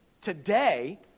Today